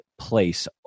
place